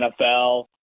NFL